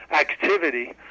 activity